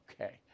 okay